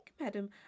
madam